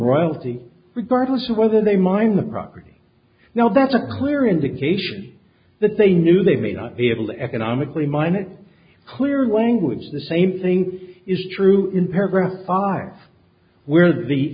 royalty regardless of whether they mine the property now that's a clear indication that they knew they may not be able to economically mine it clear language the same thing is true in paragraph five where the